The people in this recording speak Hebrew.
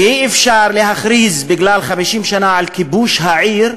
ואי-אפשר להכריז בגלל 50 שנה של כיבוש העיר,